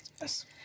Yes